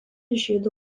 žydų